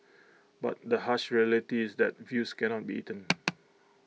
but the harsh reality is that views cannot be eaten